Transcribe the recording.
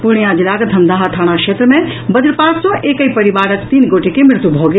पूर्णिया जिलाक धमदाहा थाना क्षेत्र मे वज्रपात सँ एकहि परिवारक तीन गोटे के मृत्यु भऽ गेल